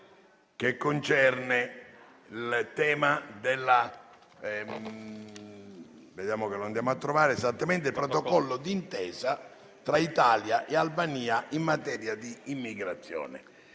finestra") sul protocollo d'intesa tra Italia e Albania in materia di immigrazione,